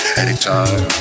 anytime